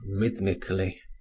rhythmically